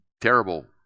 terrible